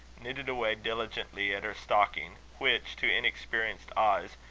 knitted away diligently at her stocking, which, to inexperienced eyes,